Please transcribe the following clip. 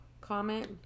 comment